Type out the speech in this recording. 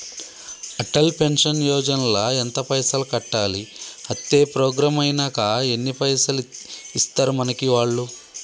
Atal pension Yojana ల ఎంత పైసల్ కట్టాలి? అత్తే ప్రోగ్రాం ఐనాక ఎన్ని పైసల్ ఇస్తరు మనకి వాళ్లు?